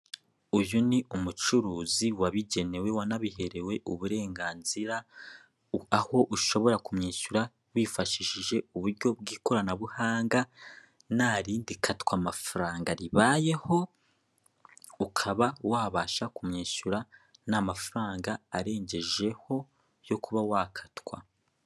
Uyu ni umucuruzi wabigenewe wanabiherewe uburenganzira aho ushobora kumwishyura wifashishije uburyo bw'ikoranabuhanga nta rindi katwamafaranga ribayeho ukaba wabasha kumwishyura nta mafaranga arengejeho yo kuba wakatwa.